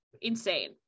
insane